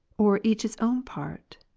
or each its oavn part,